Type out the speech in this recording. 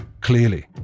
Clearly